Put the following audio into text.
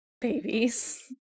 babies